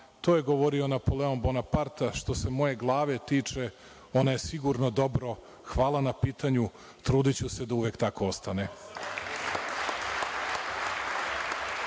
To je govorio Napoleon Bonaparta što se moje glave tiče ona je sigurno dobro, hvala na pitanju. Trudiću se da uvek tako ostane.(Zoran